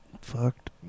fucked